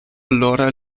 allora